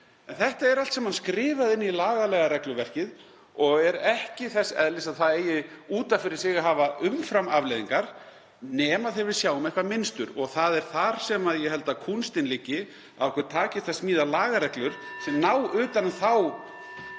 en þetta er allt saman skrifað inn í lagalega regluverkið og er ekki þess eðlis að það eigi út af fyrir sig hafa umfram afleiðingar nema þegar við sjáum eitthvert mynstur. Það er þar sem ég held að kúnstin liggi, að okkur takist að smíða lagareglur (Forseti